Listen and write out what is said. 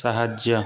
ସାହାଯ୍ୟ